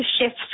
shifts